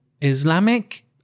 Islamic